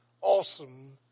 awesome